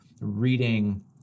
reading